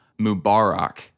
Mubarak